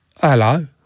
Hello